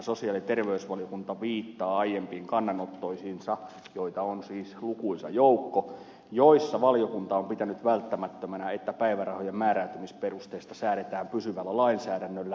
sosiaali ja terveysvaliokunta viittaa aiempiin kannanottoihinsa joita on siis lukuisa joukko joissa valiokunta on pitänyt välttämättömänä että päivärahojen määräytymisperusteista säädetään pysyvällä lainsäädännöllä